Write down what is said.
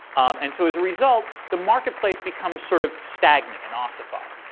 and so as a result, the marketplace becomes sort of stagnant and ossified.